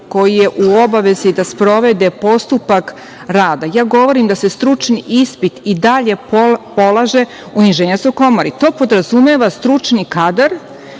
koji je u obavezi da sprovede postupak rada. Ja govorim da se stručni ispit i dalje polaže u Inženjerskoj komori. To podrazumeva stručni kadar